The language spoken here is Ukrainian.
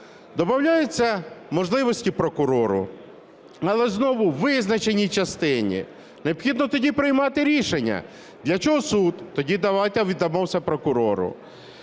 Добавляються можливості прокурору, але знову у визначеній частині. Необхідно тоді приймати рішення: для чого суд, тоді давайте віддамо все прокурору.